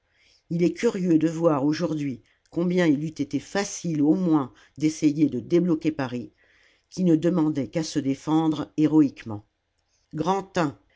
il est curieux de voir aujourd'hui combien il eût été facile au moins d'essayer de débloquer paris qui ne demandait qu'à se défendre héroïquement